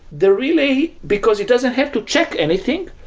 the relay, because it doesn't have to check anything,